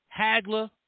Hagler